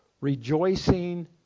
rejoicing